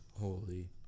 Holy